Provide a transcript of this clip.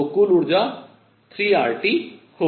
तो कुल ऊर्जा 3RT होगी